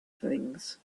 things